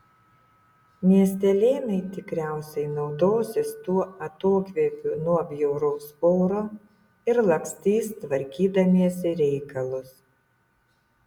miestelėnai tikriausiai naudosis tuo atokvėpiu nuo bjauraus oro ir lakstys tvarkydamiesi reikalus